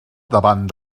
davant